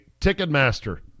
Ticketmaster